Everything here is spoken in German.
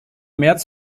märz